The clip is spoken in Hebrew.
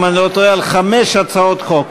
אם אני לא טועה, על חמש הצעות חוק.